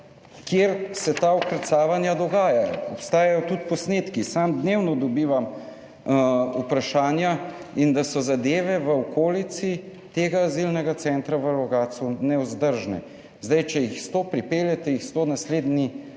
kjer se ta vkrcavanja dogajajo. Obstajajo tudi posnetki. Sam dnevno dobivam vprašanja in da so zadeve v okolici tega azilnega centra v Logatcu nevzdržne. Če jih 100 pripeljete, jih 100 naslednji